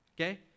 Okay